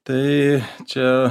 tai čia